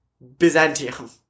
Byzantium